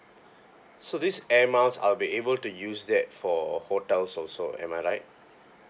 so this airmiles I'll be able to use that for hotel also am I right